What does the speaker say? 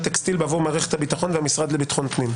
טקסטיל בעבור מערכת הביטחון והמשרד לביטחון פנים,